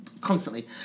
constantly